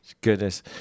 Goodness